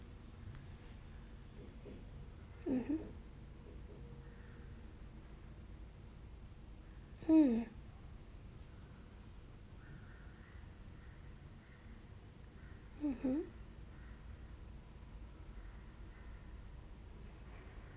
mmhmm hmm mmhmm